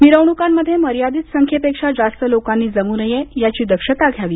मिरवणूकांमध्ये मर्यादित संख्येपेक्षा जास्त लोकांनी जमू नये याची दक्षता घ्यावी